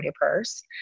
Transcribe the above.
purse